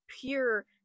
pure